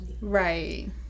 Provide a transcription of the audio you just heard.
Right